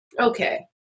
okay